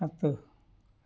ಮತ್ತು